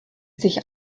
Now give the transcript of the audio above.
sich